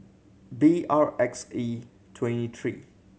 B R X E twenty three